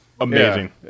Amazing